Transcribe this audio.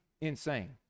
insane